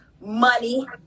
money